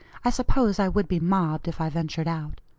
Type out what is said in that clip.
i suppose i would be mobbed if i ventured out.